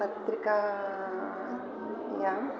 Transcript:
पत्रिकायां